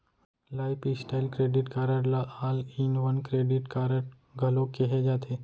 lifestyle credit card ल all in one credit card घलो केहे जाथे